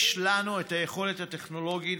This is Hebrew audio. יש לנו את היכולת הטכנולוגית,